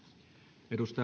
arvoisa